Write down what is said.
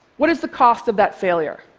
what is the cost of that failure?